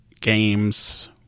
games